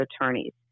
attorneys